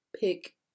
pick